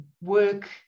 work